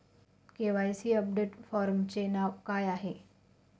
KYC update फॉर्मचे नाव काय आहे?